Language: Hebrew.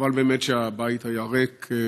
חבל באמת שהבית היה ריק,